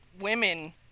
women